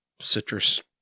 citrus